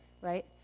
Right